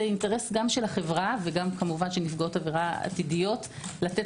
אינטרס גם של החברה וגם של נפגעות עבירה עתידיות לתת